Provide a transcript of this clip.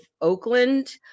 Oakland